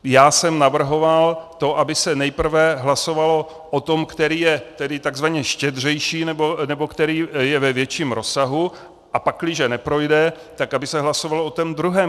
Já jsem navrhoval to, aby se nejprve hlasovalo o tom, který je takzvaně štědřejší, nebo který je ve větším rozsahu, a pakliže neprojde, aby se hlasovalo o tom druhém.